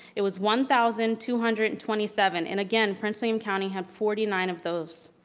it was one thousand two hundred and twenty seven, and again prince william county had forty nine of those.